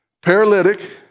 paralytic